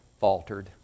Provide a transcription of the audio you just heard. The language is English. faltered